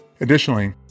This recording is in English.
Additionally